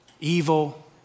evil